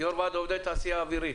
יו"ר ועד עובדי התעשייה האווירית,